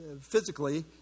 physically